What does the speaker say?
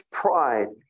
pride